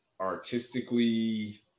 artistically